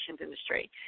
industry